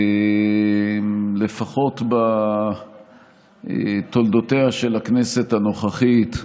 לפחות בתולדותיה של הכנסת הנוכחית.